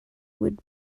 would